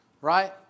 right